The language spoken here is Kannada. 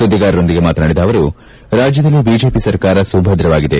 ಸುಧ್ಗಿಗಾರರೊಂದಿಗೆ ಮಾತನಾಡಿದ ಅವರು ರಾಜ್ಯದಲ್ಲಿ ಬಿಜೆಪಿ ಸರ್ಕಾರ ಸುಭದ್ರವಾಗಿದೆ